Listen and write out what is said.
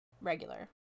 regular